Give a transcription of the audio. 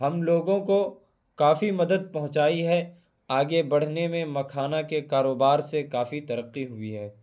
ہم لوگوں کو کافی مدد پہنچائی ہے آگے بڑھنے میں مکھانہ کے کاروبار سے کافی ترقی ہوئی ہے